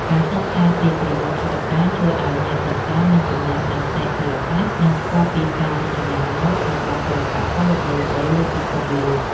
ការសិក្សាពីប្រវត្តិតុក្កតាជួយឱ្យអ្នកសន្សំមានចំណេះដឹងផ្នែកសិល្បៈ និងស្គាល់ពីការរចនាម៉ូដរបស់សិល្បករល្បីៗលើពិភពលោក។